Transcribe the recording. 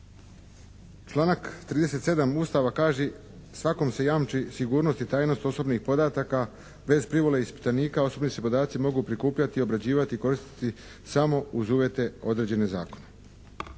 Članak 37. Ustava kaže: "Svakom se jamči sigurnost i trajnost osobnih podataka, bez privole ispitanika osigurani se podaci mogu prikupljati, obrađivati i koristiti samo uz uvjete određene zakonom.".